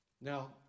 Now